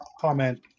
comment